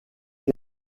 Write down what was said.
des